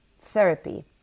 therapy